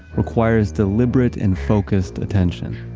requires deliberate and focused attention.